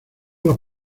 los